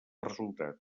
resultat